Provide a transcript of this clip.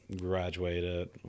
graduated